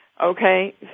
Okay